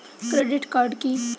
Credit card কি?